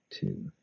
two